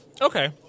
Okay